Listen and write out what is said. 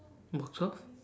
box of